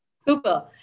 Super